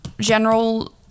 general